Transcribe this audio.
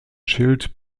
schild